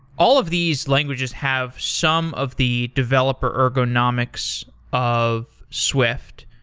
all of these languages have some of the developer ergonomics of swift,